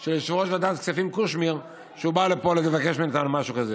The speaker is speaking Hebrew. של יושב-ראש ועדת הכספים קושניר שהוא בא לפה לבקש מאיתנו משהו כזה.